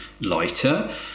lighter